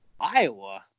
Iowa